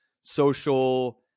social